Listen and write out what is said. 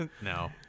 No